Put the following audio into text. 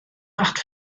macht